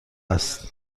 است